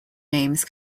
names